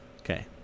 Okay